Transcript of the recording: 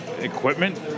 equipment